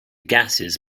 gases